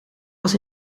was